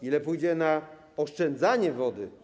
Ile pójdzie na oszczędzanie wody?